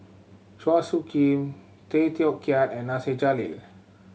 Chua Soo Khim Tay Teow Kiat and Nasir Jalil